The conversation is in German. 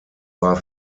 war